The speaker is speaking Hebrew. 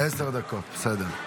עשר דקות, בסדר.